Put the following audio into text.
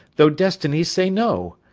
though destiny say no.